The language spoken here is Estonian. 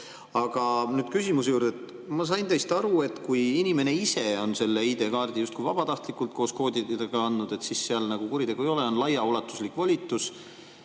Aga nüüd küsimuse juurde. Ma sain teist aru, et kui inimene ise on ID-kaardi justkui vabatahtlikult koos koodidega kellelegi andnud, siis nagu kuritegu ei ole, on laiaulatuslik volitus